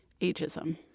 ageism